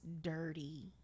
dirty